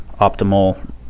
optimal